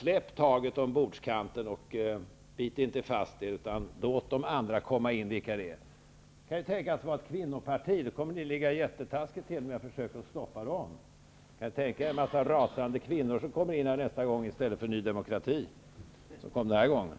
Släpp taget om bordskanten, och bit inte fast er utan låt de andra, vilka de nu är, komma in! Det kan ju tänkas vara ett kvinnoparti, och då kommer ni att ligga jättetaskigt till om ni har försökt stoppa dem. Tänk om en massa rasande kvinnor kommer in här efter nästa val i stället för Ny demokrati, som kom den här gången!